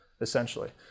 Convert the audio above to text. essentially